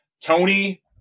Tony